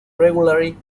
regularly